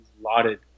lauded